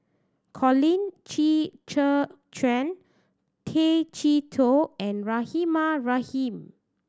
Colin Qi Zhe Quan Tay Chee Toh and Rahimah Rahim